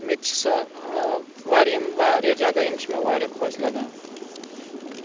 مےٚ تہِ چھِ سۄ واریاہ یِم واریاہ جگہ یِم چھِ مےٚ واریاہ خۄش لَگان